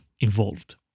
involved